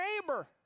neighbor